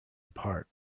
apart